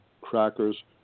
crackers